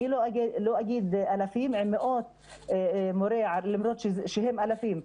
לא אגיד אלפים למרות שהם אלפים,